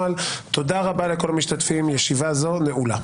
תודה רבה לכל המשתתפים, ישיבה זו נעולה.